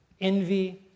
Envy